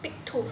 big tooth